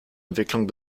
entwicklung